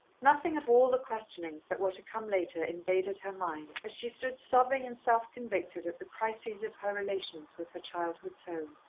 nothing of all the questionings that were to come later invaded her mind, as she stood sobbing and self-convicted at the crises of her relations with her childhood's home.